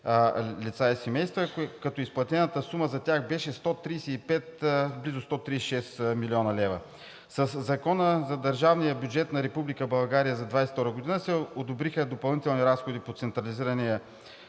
лица и семейства, като изплатената сума за тях беше 135, близо 136 млн. лв. Със Закона за държавния бюджет на Република България за 2022 г. се одобриха допълнителни разходи по централизирания